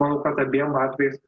manau kad abiem atvejais